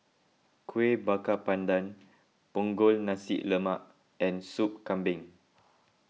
Kuih Bakar Pandan Punggol Nasi Lemak and Sup Kambing